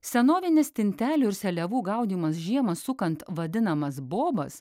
senovinis stintelių seliavų gaudymas žiemą sukant vadinamas bobas